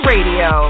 Radio